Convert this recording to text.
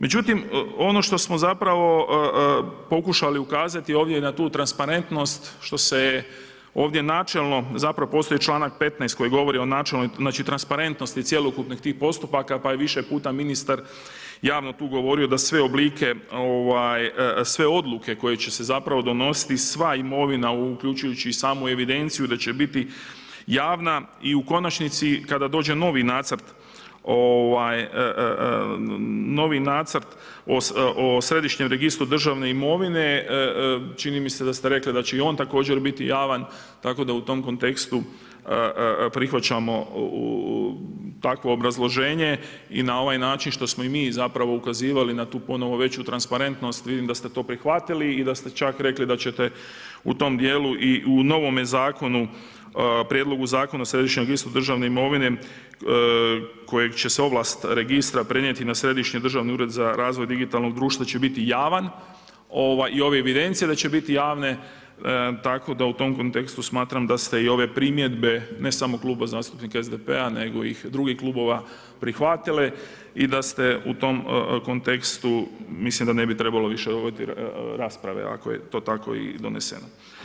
Međutim ono što smo zapravo pokušali ukazati ovdje na tu transparentnost što se ovdje načelno, zapravo postoji članak 15. koji govori o načelnoj transparentnosti cjelokupnih tih postupaka pa je više puta ministar javno tu govorio da sve odluke koje će se zapravo donositi, sva imovina uključujući i samo evidenciju da će biti javna i u konačnici kada dođe novi nacrt o središnjem registru državne imovine, čini mi set da ste rekli da će i onaj također biti javan, tako da u tom kontekstu prihvaćamo takvo obrazloženje i na ovaj način što smo i mi zapravo ukazivali na tu ponovno veću transparentnost, vidim da ste to prihvatili i da ste čak rekli da ćete u tom djelu i u novome prijedlogu zakona o središnjem registru državne imovine kojeg će se ovlast registra prenijeti na Središnji državni ured za razvoj digitalnog društva će biti javan i ove evidencije da će biti javne tako da u tom kontekstu smatram da ste i ove primjedbe ne samo Kluba zastupnika SDP-a nego i drugih klubova prihvatili i da u tom kontekstu mislim da ne bi trebalo više voditi rasprave ako je to tako i doneseno.